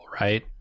right